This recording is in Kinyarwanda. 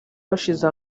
bashize